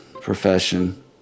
profession